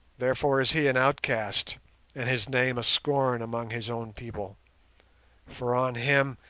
therefore is he an outcast and his name a scorn among his own people for on him,